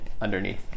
underneath